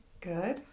Good